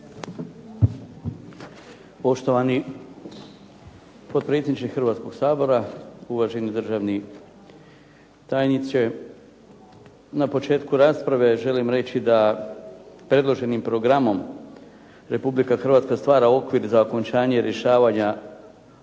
Poštovani potpredsjedniče Hrvatskog sabora, uvaženi državni tajniče. Na početku rasprave želim reći da predloženim programom Republika Hrvatska stvara okvir za okončanje rješavanja